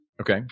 Okay